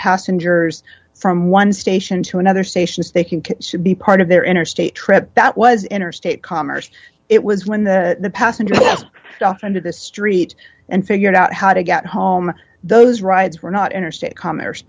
passengers from one station to another station as they can be part of their interstate trip that was interstate commerce it was when the passenger was under the street and figured out how to get home those rides were not interstate commerce